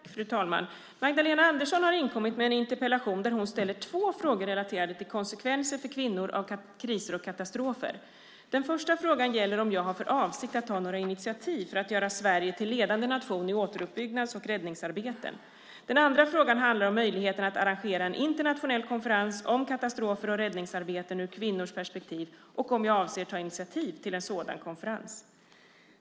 Fru talman! Magdalena Andersson har inkommit med en interpellation där hon ställer två frågor relaterade till konsekvenser för kvinnor av kriser och katastrofer. Den första frågan gäller om jag har för avsikt att ta något initiativ för att göra Sverige till ledande nation i återuppbyggnads och räddningsarbeten. Den andra frågan handlar om möjligheten att arrangera en internationell konferens om katastrofer och räddningsarbeten ur kvinnors perspektiv och om jag avser att ta initiativ till en sådan konferens.